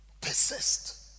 Persist